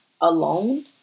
alone